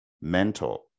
Mentor